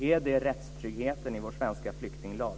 Är det rättstryggheten i vår svenska flyktinglag?